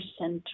center